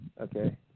Okay